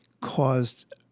caused